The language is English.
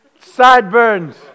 sideburns